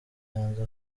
hanze